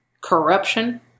Corruption